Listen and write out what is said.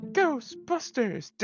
Ghostbusters